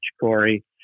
Corey